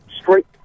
straight